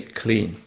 clean